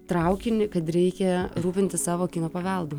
traukinį kad reikia rūpintis savo kino paveldu